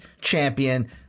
champion